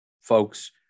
folks